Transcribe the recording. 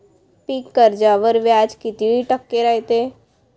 पीक कर्जावर व्याज किती टक्के रायते?